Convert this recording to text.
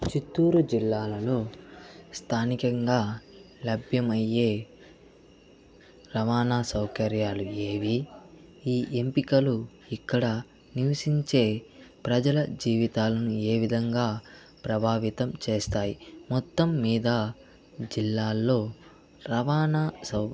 చిత్తూరు జిల్లాలలో స్థానికంగా లభ్యమయ్యే రవాణా సౌకర్యాలు ఏవి ఈ ఎంపికలు ఇక్కడ నివసించే ప్రజల జీవితాలను ఏ విధంగా ప్రభావితం చేస్తాయి మొత్తం మీద జిల్లాల్లో రవాణా సౌ